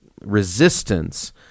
resistance